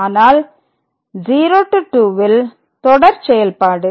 அதனால் 0 to 2 ல் தொடர் செயல்பாடு